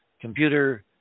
computer